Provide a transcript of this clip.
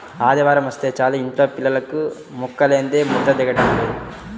ఆదివారమొస్తే చాలు యింట్లో పిల్లలకు ముక్కలేందే ముద్ద దిగటం లేదు